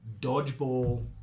dodgeball